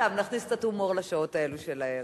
סתם, נכניס קצת הומור לשעות האלה של הערב.